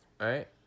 Right